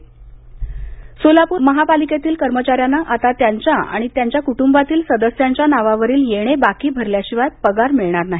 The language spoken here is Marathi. कर भरणा सोलापूर महापालिकेतील कर्मचाऱ्यांना आता त्यांच्या आणि कुटुंबातील सदस्यांच्या नावावरील येणे बाकी भरल्याशिवाय पगार मिळणार नाही